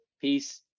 Peace